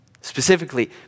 Specifically